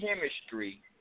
chemistry